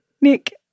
Nick